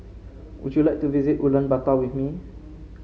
would you like to visit Ulaanbaatar with me